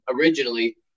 originally